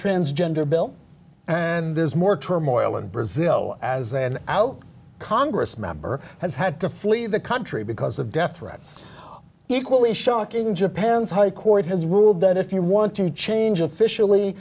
transgender bill and there's more turmoil in brazil as an out congress member has had to flee the country because of death threats equally shocking japan's high court has ruled that if you want to change officially